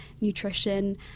nutrition